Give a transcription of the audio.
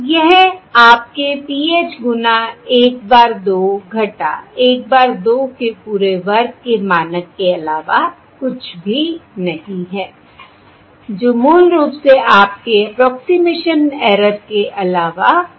यह आपके PH गुना 1 bar 2 1 bar 2 के पूरे वर्ग के मानक के अलावा कुछ भी नहीं है जो मूल रूप से आपके 'अप्रोक्सिमेशन ऐरर' 'approximation error' के अलावा कुछ नहीं है